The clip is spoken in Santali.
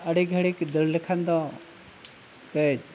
ᱟᱹᱰᱤ ᱜᱷᱟᱹᱲᱤᱠ ᱫᱟᱹᱲ ᱞᱮᱠᱷᱟᱱ ᱫᱚ